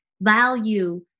value